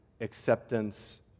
acceptance